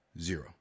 Zero